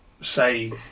say